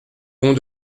pont